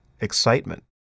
excitement